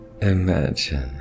imagine